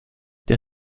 der